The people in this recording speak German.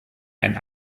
einen